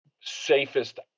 safest